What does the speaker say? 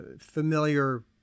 familiar